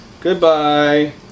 Goodbye